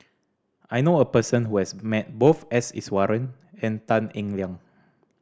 I know a person who has met both S Iswaran and Tan Eng Liang